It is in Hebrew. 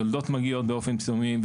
יולדות מגיעות באופן פתאומי,